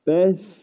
Best